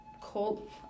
cold